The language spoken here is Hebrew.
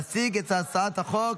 להציג את הצעת החוק.